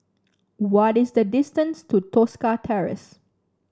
what is the distance to Tosca Terrace